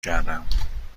کردم